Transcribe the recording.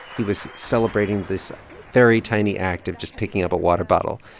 he was celebrating this very tiny act of just picking up a water bottle.